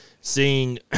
seeing